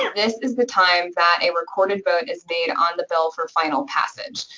this is the time that a recorded vote is made on the bill for final passage.